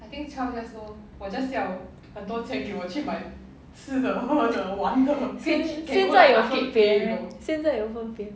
现在有分别 meh 现在有分别